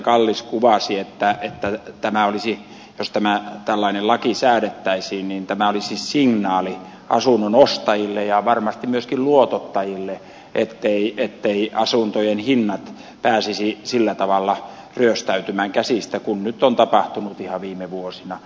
kallis kuvasi on että jos tällainen laki säädettäisiin niin tämä olisi signaali asunnonostajille ja varmasti myöskin luotottajille etteivät asuntojen hinnat pääsisi sillä tavalla ryöstäytymään käsistä kuin nyt on tapahtunut ihan viime vuosina